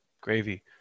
gravy